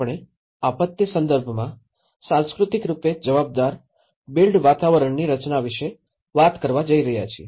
આજે આપણે આપત્તિ સંદર્ભમાં સાંસ્કૃતિકરૂપે જવાબદાર બિલ્ટ વાતાવરણની રચના વિશે વાત કરવા જઈ રહ્યા છીએ